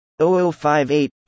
0058